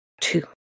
Two